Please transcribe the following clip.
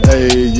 Hey